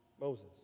Moses